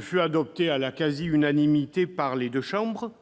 fut adoptée à la quasi-unanimité par les deux chambres.